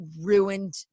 ruined